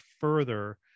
further